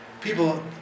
People